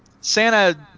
Santa